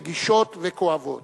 רגישות וכואבות.